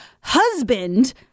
husband